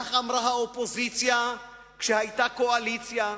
כך אמרה האופוזיציה כשהיתה קואליציה,